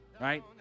Right